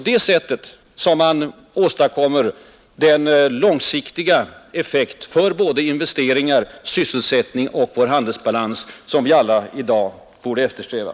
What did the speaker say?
Därigenom åstadkommes den långsiktiga effekt för både investeringar, sysselsättning och vår handelsbalans som vi alla i dag eftersträvar.